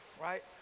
right